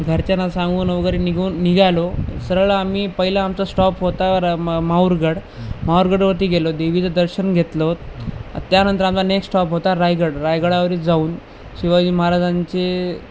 घरच्यांना सांगून वगैरे निघून निघालो सरळ आम्ही पहिलं आमचा स्टॉप होता र माहुरगड माहुरगडावरती गेलो देवीचं दर्शन घेतलं त्यानंतर आमचा नेक्स्ट स्टॉप होता रायगड रायगडावरी जाऊन शिवाजी महाराजांचे